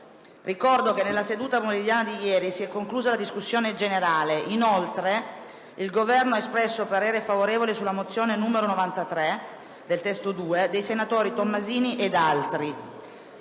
Ricordo che nella seduta pomeridiana di ieri si è conclusa la discussione generale. Inoltre, il Governo ha espresso parere favorevole sulla mozione n. 93 (testo 2) dei senatori Tomassini ed altri,